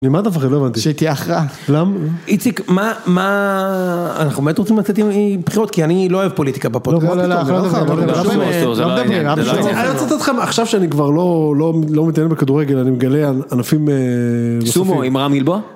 ממה אתה מפחד? לא הבנתי. שתהיה הכרעה. למה? איציק, מה, מה... אנחנו באמת רוצים לצאת עם בחירות, כי אני לא אוהב פוליטיקה בפודקאסט. לא, לא, לא, אחר כך. זה לא עשור, זה לא העניין, זה לא עשור. עכשיו שאני כבר לא, לא, לא מתעניין בכדורגל, אני מגלה ענפים נוספים. סומו..